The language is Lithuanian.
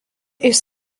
jis